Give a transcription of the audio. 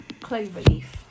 Cloverleaf